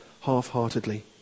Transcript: half-heartedly